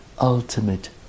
ultimate